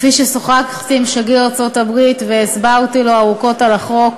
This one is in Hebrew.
כפי ששוחחתי עם שגריר ארצות-הברית והסברתי לו ארוכות על החוק.